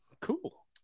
Cool